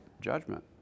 judgment